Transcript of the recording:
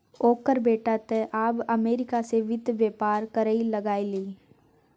ओकर बेटा तँ आब अमरीका सँ वित्त बेपार करय लागलै